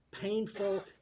Painful